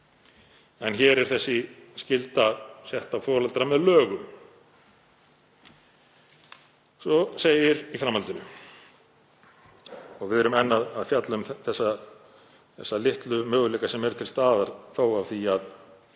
En hér er þessi skylda sett á foreldra með lögum. Svo segir í framhaldinu, og við erum enn að fjalla um þessa litlu möguleika sem eru til staðar þó á því að